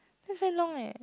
that's very long eh